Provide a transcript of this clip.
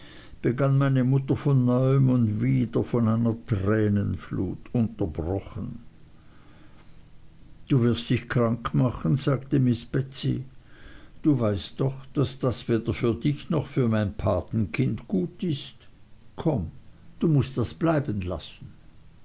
begann meine mutter von neuem und wieder von einer tränenflut unterbrochen du wirst dich krank machen sagte miß betsey du weißt doch daß das weder für dich noch für mein patenkind gut ist komm du mußt das bleiben lassen